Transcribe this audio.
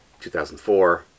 2004